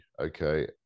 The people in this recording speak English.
Okay